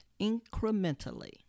incrementally